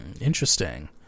interesting